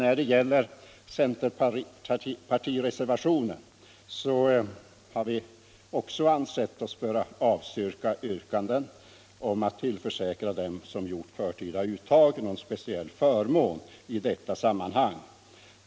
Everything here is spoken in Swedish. Vi har ansett oss böra avstyrka yrkanden i centerreservationen om att tillförsäkra den som gjort förtida uttag en speciell förmån i detta sammanhang.